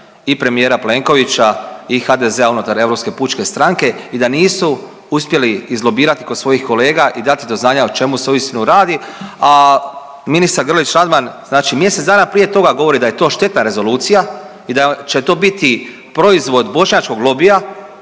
i premijera Plenkovića i HDZ-a unutar Europske pučke stranke i da nisu uspjeli izlobirati kod svojih kolega i dati do znanja o čemu se uistinu radi. A ministar Grlić Radman znači mjesec dana prije toga govori da je to štetna rezolucija i da će to biti proizvod bošnjačkog lobija,